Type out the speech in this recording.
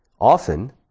Often